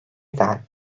then